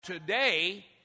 Today